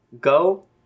Go